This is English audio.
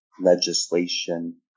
legislation